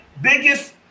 biggest